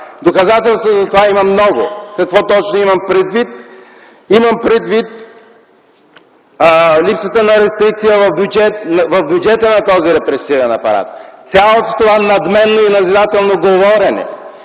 Доказателства за това има много. Какво точно имам предвид? Имам предвид липсата на рестрикция в бюджета на този репресивен апарат, цялото надменно и назидателно говорене,